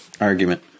argument